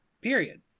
Period